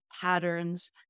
patterns